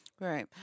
Right